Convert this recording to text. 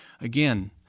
Again